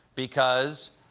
because,